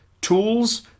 tools